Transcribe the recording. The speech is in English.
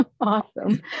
Awesome